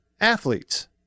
athletes